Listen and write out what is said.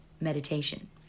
meditation